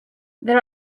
there